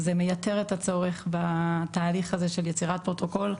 זה מייתר את הצורך בתהליך הזה של יצירת פרוטוקול,